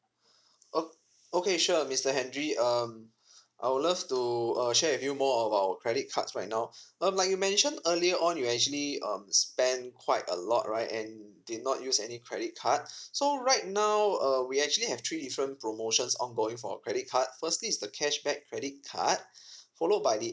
o~ okay sure mister henry um I would love to uh share with you more of our credit cards right now um like you mentioned earlier on you actually um spend quite a lot right and did not use any credit card so right now uh we actually have three different promotions ongoing for our credit card firstly is the cashback credit card followed by the